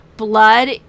Blood